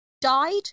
died